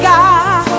God